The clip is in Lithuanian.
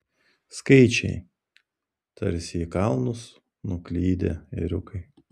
skaičiai tarsi į kalnus nuklydę ėriukai